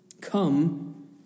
come